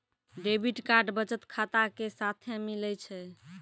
debit card बचत खाता के साथे मिलै छै